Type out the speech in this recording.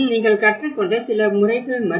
இதுவும் நீங்கள் கற்றுக்கொண்ட சில முறைகள்